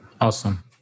Awesome